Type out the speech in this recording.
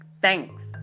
thanks